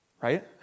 right